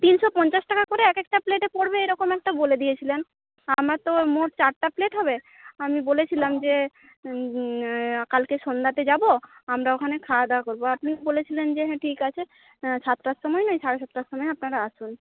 তিনশো পঞ্চাশ টাকা করে এক একটা প্লেটে পড়বে এরকম একটা বলে দিয়েছিলেন আমার তো মোট চারটা প্লেট হবে আমি বলেছিলাম যে কালকে সন্ধ্যাতে যাব আমরা ওখানে খাওয়া দাওয়া করবো আপনি বলেছিলেন যে হ্যাঁ ঠিক আছে সাতটার সময় নয় সাড়ে সাতটার সময় আপনারা আসুন